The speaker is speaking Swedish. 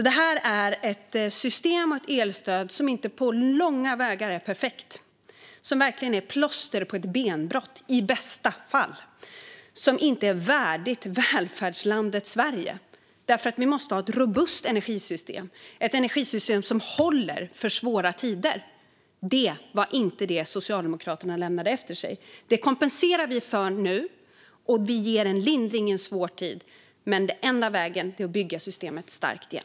Det här är ett system och ett elstöd som inte är perfekt på långa vägar. Det är verkligen ett plåster på ett benbrott, i bästa fall. Det är inte värdigt välfärdslandet Sverige. Vi måste ha ett robust energisystem, som håller för svåra tider. Det var inte vad Socialdemokraterna lämnade efter sig. Det kompenserar vi för nu. Och vi ger lindring i en svår tid. Men den enda vägen framåt är att bygga systemet starkt igen.